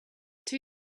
two